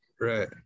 right